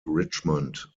richmond